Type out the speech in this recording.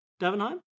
Davenheim